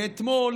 ואתמול